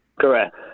correct